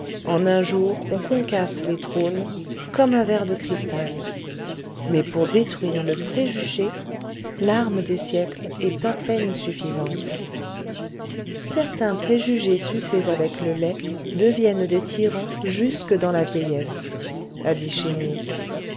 en un jour on concasse les trônes comme un verre de cristal mais pour détruire le préjugé l'arme des siècles est à peine suffisante certains préjugés sucés avec le lait deviennent des tyrans jusque dans la vieillesse a